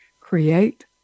Create